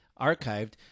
archived